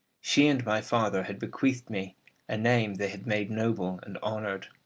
she and my father had bequeathed me a name they had made noble and honoured,